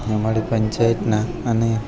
અમારી પંચાયતના અને